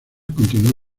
continuó